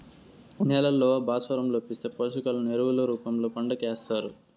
నేలల్లో భాస్వరం లోపిస్తే, పోషకాలను ఎరువుల రూపంలో పంటకు ఏస్తారు